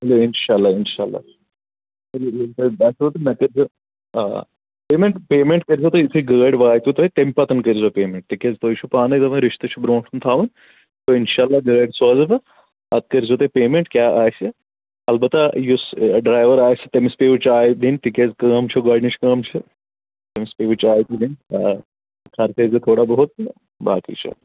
اِنشاء اللہ اِنشاء اللہ تُہۍ باسیو تہٕ مےٚ کٔرۍزیو آ پیمٮ۪نٛٹ پیمٮ۪نٛٹ کٔرۍزیو تُہۍ یُتھٕے گٲڑۍ واتِوٕ تۄہہِ تَمہِ پَتہٕ کٔرۍزیو پیمٮ۪نٹ تِکیٛازِ تۄہہِ چھُو پانَے دپان رِشتہٕ چھُ برونٹھ کُن تھاوُن تہٕ اِنشاء اللہ گٲڑۍ سوزٕ بہٕ پَت کٔرۍزیو تُہۍ پیمٮ۪نٛٹ کیٛاہ آسہِ البتہ یُس ڈرٛایور آسہِ تٔمِس پیٚیوٕ چاے دِنۍ تِکیٛازِ کٲم چھُ گۄڈٕنِچ کٲم چھِ تٔمِس پیٚوٕ چاے تہِ دِنۍ آ خرچٲیزیو تھوڑا بہت تہٕ باقٕے چھُ